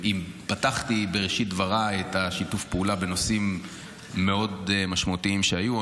אם פתחתי בראשית דבריי עם שיתוף הפעולה בנושאים מאוד משמעותיים שהיו,